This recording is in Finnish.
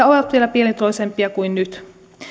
ovat vielä pienituloisempia kuin nyt